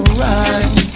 right